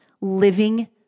living